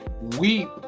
Weep